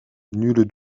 nulle